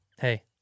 Hey